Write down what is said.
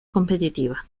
competitiva